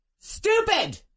stupid